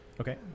Okay